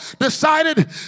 decided